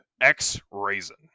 X-Raisin